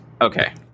Okay